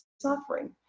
suffering